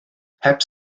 heb